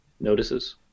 notices